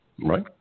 Right